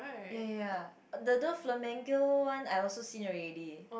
ya ya ya the~ those flamingo one I also seen already